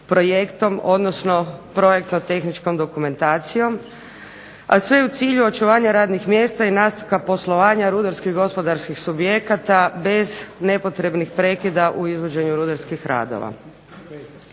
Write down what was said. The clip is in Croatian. projektom, odnosno projektnom tehničkom dokumentacijom, a sve u cilju očuvanja radnih mjesta i nastavka poslovanja rudarskih i gospodarskih subjekata bez nepotrebnih prekida u izvođenju rudarskih radova.